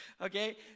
Okay